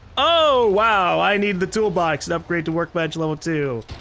oh wow, i need the toolbox to upgrade to workbench level two.